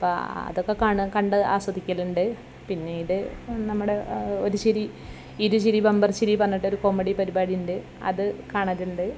അപ്പോൾ അതൊക്കെ കാണുക കണ്ട് ആസ്വാദിക്കലുണ്ട് പിന്നീട് നമ്മുടെ ഒരു ചിരി ഇരു ചിരി ബംബർ ചിരി പറഞ്ഞിട്ട് ഒരു കോമഡി പരിപാടി ഉണ്ട് അത് കാണലുണ്ട്